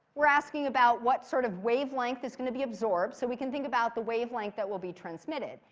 we're asking about what sort of wavelength is going to be absorbed. so we can think about the wavelength that will be transmitted.